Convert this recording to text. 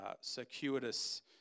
circuitous